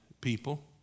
people